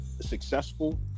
successful